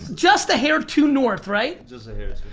just a hair too north, right? just a hair